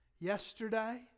yesterday